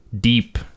deep